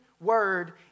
word